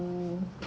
ya